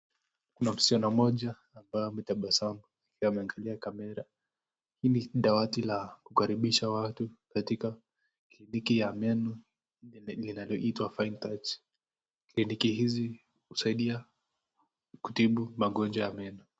Kuna msichana mmoja ambaye ametabasamu akiwa ameangalia kamera. Hili ni dawati la kukaribisha watu katika kliniki la meno linaloitwa Fine Touch. Kliniki hizi husaidia kutibu magonjwa ya meno.